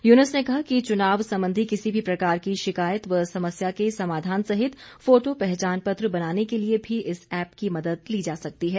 युनूस ने कहा कि चुनाव संबंधी किसी भी प्रकार की शिकायत व समस्या के समाधान सहित फोटो पहचान पत्र बनाने के लिए भी इस ऐप की मदद ली जा सकती है